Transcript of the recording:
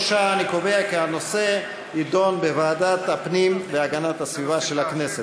3. אני קובע כי הנושא יידון בוועדת הפנים והגנת הסביבה של הכנסת.